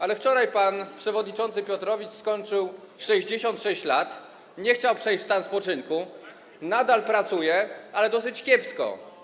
Jednak wczoraj pan przewodniczący Piotrowicz skończył 66 lat, nie chciał przejść w stan spoczynku, nadal pracuje, ale dosyć kiepsko.